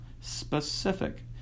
specific